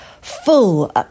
full